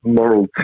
moral